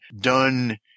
done